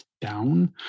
down